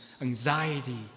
anxiety